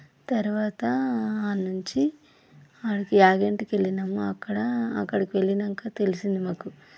తర్వాత అక్కడ నుంచి అక్కడికి యాగంటికెళ్ళినాము అక్కడ అక్కడకు వెళ్ళినాక తెలిసింది మాకు